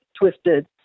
twisted